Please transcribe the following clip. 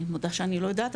אני מודה שאני לא יודעת,